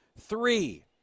Three